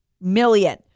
million